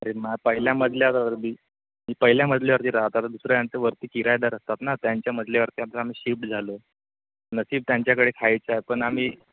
तेच ना पहिल्या मजल्यावर बी मी पहिल्या मजल्यावरती राहत आता दुसऱ्या याचं वरती किरायेदार असतात ना त्यांच्या मजल्यावरती आता आम्ही शिफ्ट झालो नशीब त्यांच्याकडे खायचं आहे पण आम्ही